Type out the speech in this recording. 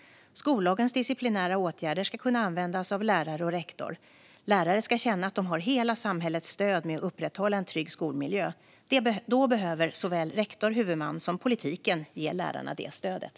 Skollagens disciplinära åtgärder ska kunna användas av lärare och rektor. Lärare ska känna att de har hela samhällets stöd med att upprätthålla en trygg skolmiljö. Då behöver såväl rektor och huvudman som politiken ge lärarna det stödet.